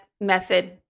method